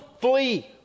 flee